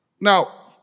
Now